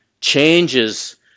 changes